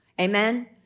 Amen